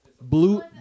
Blue